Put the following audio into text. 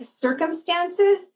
circumstances